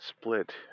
split